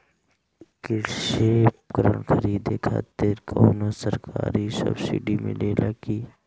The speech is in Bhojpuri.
कृषी उपकरण खरीदे खातिर कउनो सरकारी सब्सीडी मिलेला की?